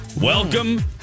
welcome